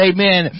Amen